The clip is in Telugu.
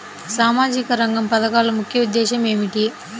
సామాజిక రంగ పథకాల ముఖ్య ఉద్దేశం ఏమిటీ?